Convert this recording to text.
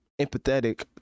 empathetic